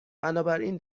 بنابراین